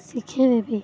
ଶିଖେଇଦେବି